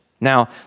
Now